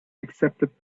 accepted